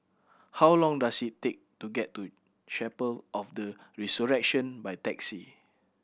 how long does it take to get to Chapel of the Resurrection by taxi